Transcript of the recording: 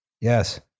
Yes